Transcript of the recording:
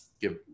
give